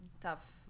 tough